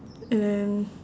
and then